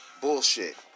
Bullshit